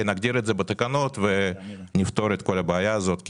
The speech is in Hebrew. נגדיר את זה בתקנות ונפתור את כל הבעיה הזאת כי